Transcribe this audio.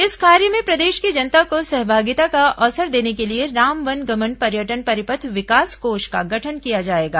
इस कार्य में प्रदेश की जनता को सहभागिता का अवसर देने के लिए राम वन गमन पर्यटन परिपथ विकास कोष का गठन किया जाएगा